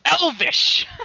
Elvish